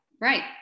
right